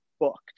booked